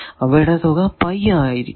അവയുടെ തുക ആയിരിക്കണം